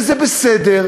וזה בסדר.